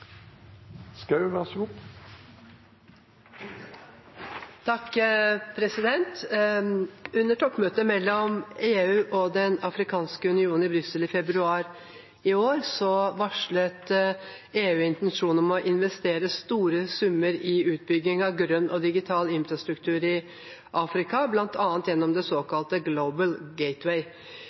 toppmøtet mellom EU og Den afrikanske union i Brussel i februar i år varslet EU intensjon om å investere store summer i utbygging av grønn og digital infrastruktur i Afrika, bl.a. gjennom det såkalte